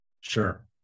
Sure